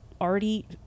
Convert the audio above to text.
already